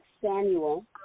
Samuel